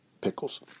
Pickles